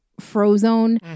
Frozone